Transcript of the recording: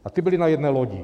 A ty byly na jedné lodi.